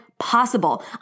possible